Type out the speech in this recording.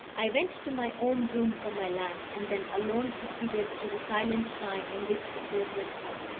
i went to my own room for my lamp, and then alone proceeded to the silent shrine in which the portrait hung.